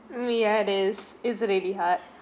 mm yeah it is it is really hard